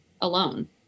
alone